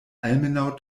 almenaŭ